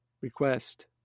request